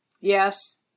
Yes